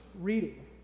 reading